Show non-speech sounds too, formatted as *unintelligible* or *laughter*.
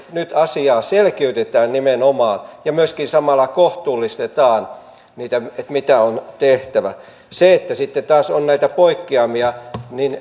nyt asiaa selkiytetään nimenomaan ja myöskin samalla kohtuullistetaan sitä mitä on tehtävä kun sitten taas on näitä poikkeamia niin *unintelligible*